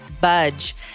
budge